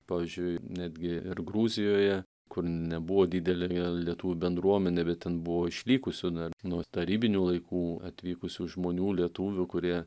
pavyzdžiui netgi ir gruzijoje kur nebuvo didelė lietuvių bendruomenė bet ten buvo išlikusių dar nuo tarybinių laikų atvykusių žmonių lietuvių kurie